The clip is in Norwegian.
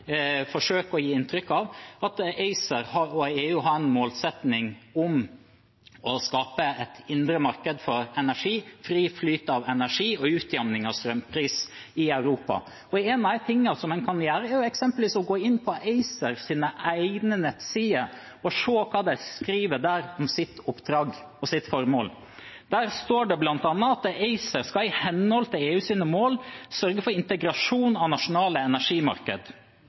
forsøker å gi inntrykk av – at ACER og EU har en målsetning om å skape et indre marked for energi, fri flyt av energi og utjevning av strømpriser i Europa. En av de tingene man kan gjøre, er å gå inn på ACERs egen nettside og se hva de skriver om sitt oppdrag og sitt formål. Der står det bl.a. at ACER i henhold til EUs mål skal sørge for integrasjon av nasjonale energimarkeder.